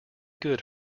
good